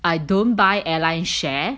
I don't buy airline share